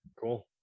cool